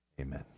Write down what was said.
Amen